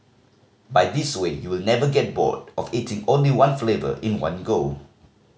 by this way you will never get bored of eating only one flavour in one go